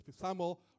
Samuel